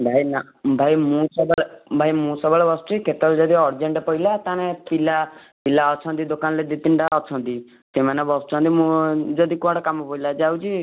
ଭାଇ ନା ଭାଇ ମୁଁ ସବୁବେଳେ ଭାଇ ମୁଁ ସବୁବେଳେ ବସୁଛି କେତେବେଳେ ଯଦି ଅର୍ଜେଣ୍ଟ ପଇଲା ତାହେନେ ପିଲା ପିଲା ଅଛନ୍ତି ଦୋକାନରେ ଦୁଇ ତିନିଟା ଅଛନ୍ତି ସେମାନେ ବସୁଛନ୍ତି ମୁଁ ଯଦି କୁଆଡ଼େ କାମ ପଇଲା ଯାଉଛି